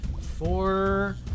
Four